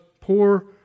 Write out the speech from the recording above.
poor